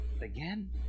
again